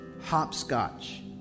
Hopscotch